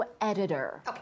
editor